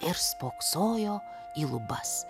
ir spoksojo į lubas